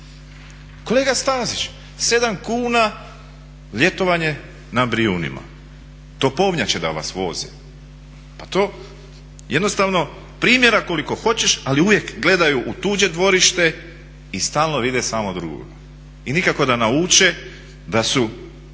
Kolega Stazić, 7 kuna ljetovanje na Brijunima. Topovnjače da vas voze, pa to jednostavno, primjera koliko hoćeš, ali uvijek gledaju u tuđe dvorište i stalno vide samo drugoga. I nikako da nauče da su